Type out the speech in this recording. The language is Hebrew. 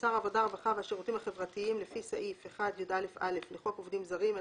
שר העבודה הרווחה והשירותים החברתיים לפי סעיף 1יא(א) לחוק עובדים זרים,